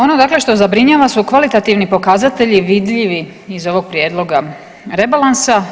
Ono dakle što zabrinjava su kvalitativni pokazatelji vidljivi iz ovog prijedloga rebalansa.